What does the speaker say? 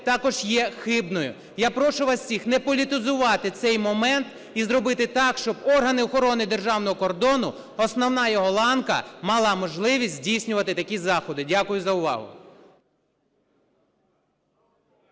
також є хибною. Я прошу вас усіх не політизувати цей момент і зробити так, щоб органи охорони державного кордону, основна його ланка мала можливість здійснювати такі заходи. Дякую за увагу.